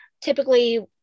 typically